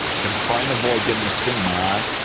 gonna try and avoid getting a string in my eye